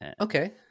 Okay